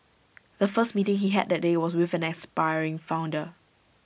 the first meeting he had that day was with an aspiring founder